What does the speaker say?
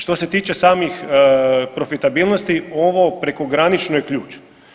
Što se tiče samih profitabilnosti, ovo prekogranično je ključ.